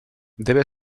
debe